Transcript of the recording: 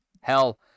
hell